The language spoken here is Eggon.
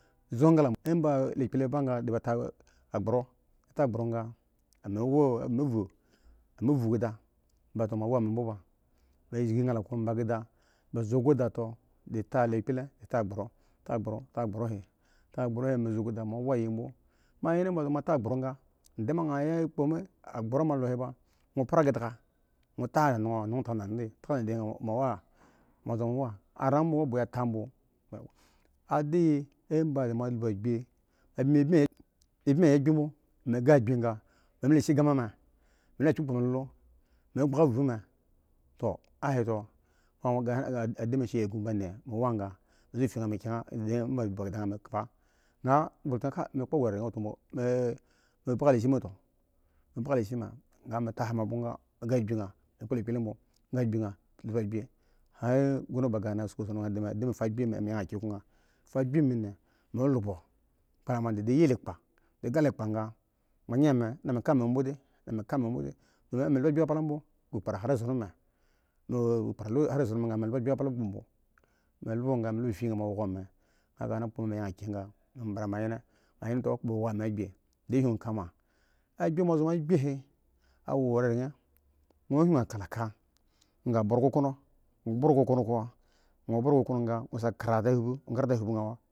Ŋi zshkki engla ga di ta abgro ami zo keda mi vi mo wa mi waya bmo emba mi shiki engla ba keda bi ta agbro mo wa mi waya bmo ma anyen ba zo he mo ta agbro ga mo wa mo waga mo yi ka mota bmo. agbro mo ta ba zo he ande hka da anan anana tka da anan gayan mo wa gya amba kola mi bini yi agbi bmo a ba ga mi mi wo kire bmo lishi ma mi tabogo ga agbi mi lub ta nomore gya din ba keda gya tomu lub agbi luku bmo di ga lepa ga mo gba agb mi da mi ka a mi da mi kana lab tku ki bmo mi lub agbi papla bmo. kpe kpera hra esson mu lub agbi papla bmoaya kahana kpo whmo ar yang a kye ga mi mbra man yen ta mo kpo whko mi agbi sin huika ma din ri awo ma azo mi agbi he to awo raren nwo hui a kala ka nwo brow kokono nwo buro kokono ko nwo kra da lub.